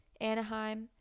Anaheim